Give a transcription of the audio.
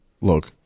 Look